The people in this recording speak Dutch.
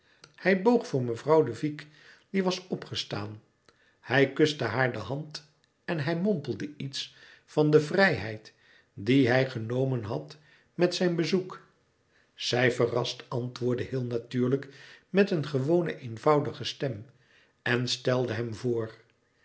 hij boog voor mevrouw de vicq die was opgestaan hij kuste haar de hand en hij mompelde iets van de vrijheid die hij genomen had met zijn bezoek zij verrast antwoordde heel natuurlijk met een gewone eenvoudige stem en stelde hem voor